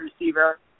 receiver